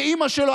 שאימא שלו,